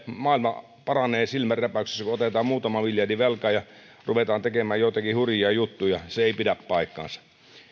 maailma paranee silmänräpäyksessä kun otetaan muutama miljardi velkaa ja ruvetaan tekemään joitakin hurjia juttuja se ei pidä paikkaansa